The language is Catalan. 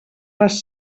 les